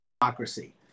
democracy